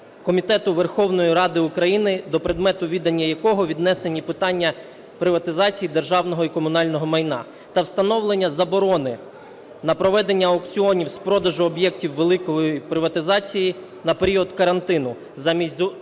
Комітету Верховної Ради України, до предмету відання якого віднесені питання приватизації державного і комунального майна, та встановлення заборони на проведення аукціонів з продажу об'єктів великої приватизації на період карантину, замість зупинення